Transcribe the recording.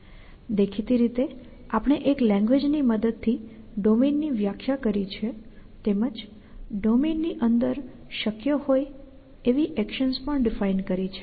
દેખીતી રીતે આપણે એક લેંગ્વેજ ની મદદ થી ડોમેનની વ્યાખ્યા કરી છે તેમજ ડોમેન ની અંદર શક્ય હોય એવી એક્શન્સ પણ ડિફાઈન કરી છે